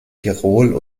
tirol